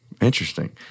interesting